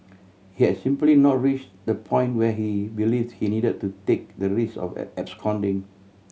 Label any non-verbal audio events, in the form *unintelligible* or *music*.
he had simply not reached the point where he believed he needed to take the risk of *unintelligible* absconding